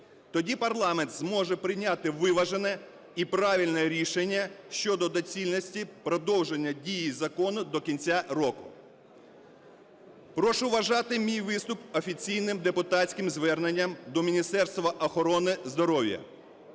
Тоді парламент зможе прийняти виважене і правильне рішення щодо доцільності продовження дії закону до кінця року. Прошу вважати мій виступ офіційним депутатським зверненням до Міністерства охорони здоров'я